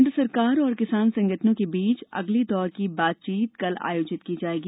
केन्द्र सरकार और किसान संगठनों के बीच अगले दौर की बातचीत कल आयोजित की जाएगी